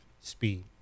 speed